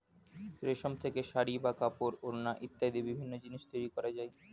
রেশম থেকে শাড়ী বা কাপড়, ওড়না ইত্যাদি বিভিন্ন জিনিস তৈরি করা যায়